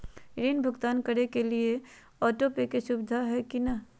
ऋण भुगतान करे के लिए ऑटोपे के सुविधा है की न?